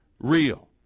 real